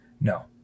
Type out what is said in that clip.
No